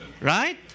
Right